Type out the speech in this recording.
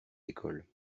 d’école